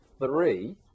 three